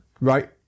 Right